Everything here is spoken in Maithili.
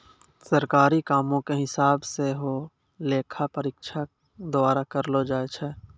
सरकारी कामो के हिसाब सेहो लेखा परीक्षक द्वारा करलो जाय छै